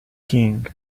king